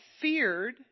feared